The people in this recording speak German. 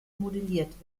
modelliert